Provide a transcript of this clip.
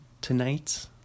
tonight